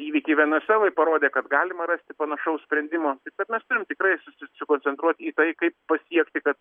įvykiai venesueloj parodė kad galima rasti panašaus sprendimo bet mes turim tikrai susi susikoncentruoti į tai kaip pasiekti kad